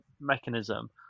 mechanism